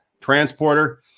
transporter